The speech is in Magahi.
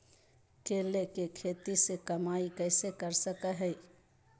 केले के खेती से कमाई कैसे कर सकय हयय?